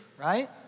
right